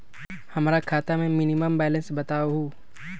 हमरा खाता में मिनिमम बैलेंस बताहु?